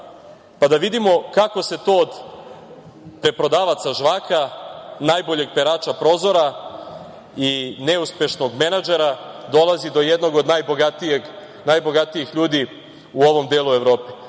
pa da vidimo kako se to od preprodavaca žvaka, najboljeg perača prozora i neuspešnog menadžera dolazi do jednog od najbogatijih ljudi u ovom delu Evrope. Samo